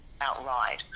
outright